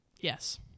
Yes